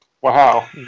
Wow